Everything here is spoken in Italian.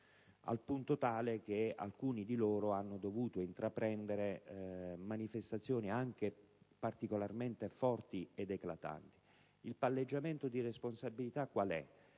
al punto tale che alcuni di loro hanno dovuto intraprendere manifestazioni anche particolarmente forti ed eclatanti. Il palleggiamento di responsabilità è